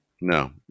No